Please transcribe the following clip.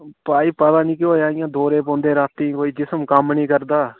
भई पता नी केह् होएया इयां दोरे पौंदे रातीं कोई जिसम कम्म नी करदा